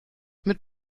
mit